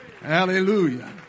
Hallelujah